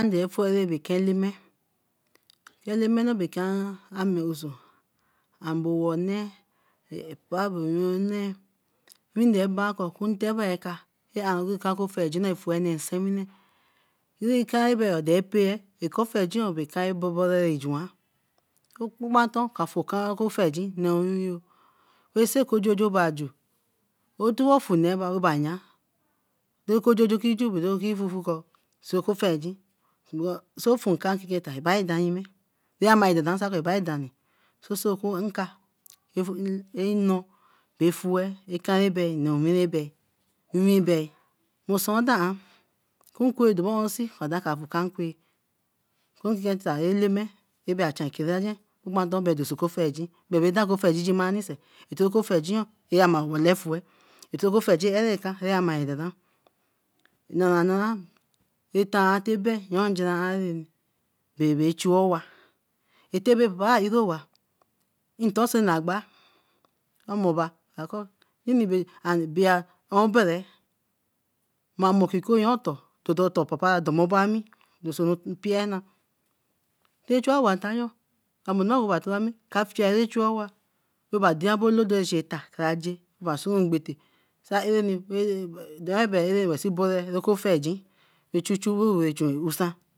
Ndefue ba ekan Eleme Eleme no be kan ame ouso, am bo owa onne owii onne wein dey bakor okunte bi ka aru ekan okofiegin ra fue nee nsewi ne. Ekan ebe dore pae eka fiegin oo bo kai bobodie jua kukumanten ka fue eka ffiehin nee owiwinyo ra sin kojojo bae ju otuwo fue neba owayan. Dekojojo kie ju bae dei e-fue-fue ko fie eka fue egin so fue eka fuen eta yime yamifuka bae dani soso nka eno bae fue eka bea noo win a bae nwin bae osun daan kunkwe doroosee afue kan nkwe okiken eta Eleme abe agen aten eka fueqin bebe dan kofieqin gigimanisee oti okofiegin yio ema elefue ele kofuegin ere ka eer ma dandan nara nara eta tebe nara bebe chuoy owa ate bae papa ebe owa nton sen agba omoba karakor nninibae enbere, mamor kikoyo otor, dodo otor papaye or domobo ami wenso mpia na sey chuey owa ntanyo omo owa teh lami ka fie ke chuey owa weba deinbolo san eta kara je, bran swan imgbete sai areni dain bey arani wen si bere oko fuegin wey chu churo wosan.